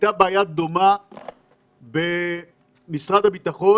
הייתה בעיה דומה במשרד הביטחון